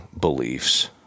beliefs